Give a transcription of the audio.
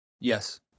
Yes